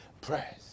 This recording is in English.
Press